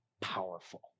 powerful